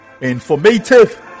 informative